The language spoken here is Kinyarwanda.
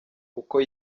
uko